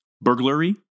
burglary